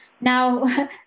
Now